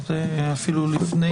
אפילו לפני.